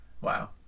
Wow